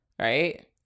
right